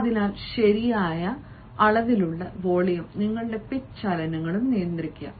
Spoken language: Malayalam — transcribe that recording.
അതിനാൽ ശരിയായ അളവിലുള്ള വോളിയവും നിങ്ങളുടെ പിച്ച് ചലനങ്ങളും നടത്തുക